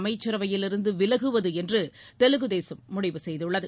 அமைச்சரவையிலிருந்து விலதுவது என்று தெலுகு தேசம் முடிவு செய்துள்ளது